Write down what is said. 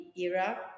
era